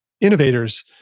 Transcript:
Innovators